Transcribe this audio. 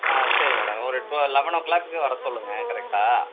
ஆ சரி மேடம் ஒரு two eleven o'clock வர சொல்லுங்கள் கரெக்டாக